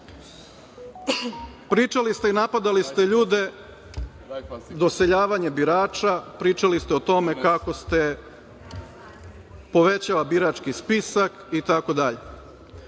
Pričali ste i napadali ste ljude, doseljavanje birača, pričali ste o tome kako se povećava birački spisak itd.